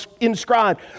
inscribed